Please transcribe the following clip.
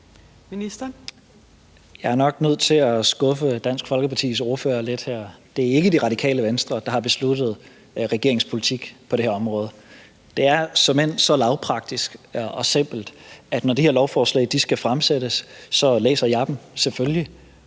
Jeg er nok nødt til at skuffe Dansk Folkepartis ordfører lidt her. Det er ikke Det Radikale Venstre, der har besluttet regeringens politik på det her område. Det er såmænd så lavpraktisk og simpelt, at når de her lovforslag skal fremsættes, læser jeg dem selvfølgelig,